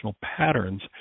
patterns